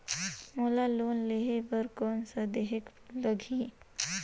मोला लोन लेहे बर कौन का देहेक लगही?